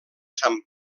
sant